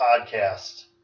Podcast